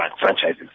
franchises